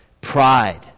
Pride